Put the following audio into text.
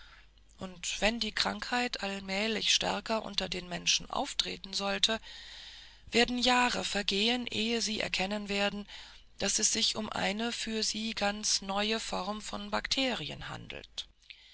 und wenn die krankheit allmählich stärker unter den menschen auftreten sollte werden jahre vergehen ehe sie erkennen werden daß es sich um eine für sie ganz neue form von bakterien handelt